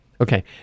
Okay